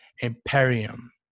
Imperium